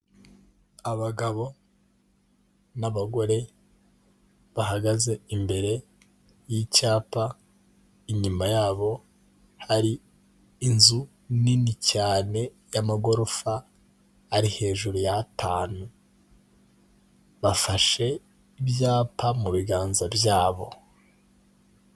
Abagabo n'abagore bahagaze imbere y'icyapa, inyuma yabo hari inzu nini cyane y'amagorofa ari hejuru y'atanu; bafashe ibyapa mu biganza byabo.